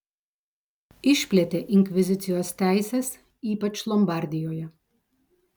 išplėtė inkvizicijos teises ypač lombardijoje